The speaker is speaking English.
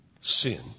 Sin